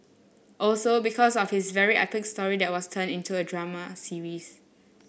also because of his very epic story there was turned into a drama series